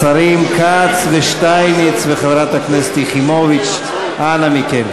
השרים כץ ושטייניץ וחברת הכנסת יחימוביץ, אנא מכם.